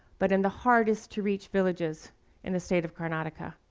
but in the hardest to reach villages in the state of karnataka.